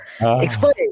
explain